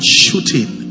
shooting